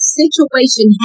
situation